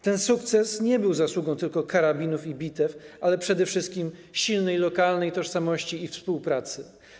Ten sukces nie był zasługą tylko karabinów i bitew, ale też przede wszystkim silnej lokalnej tożsamości i współpracy.